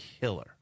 killer